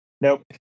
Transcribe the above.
Nope